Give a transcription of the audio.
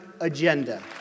agenda